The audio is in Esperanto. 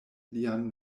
lian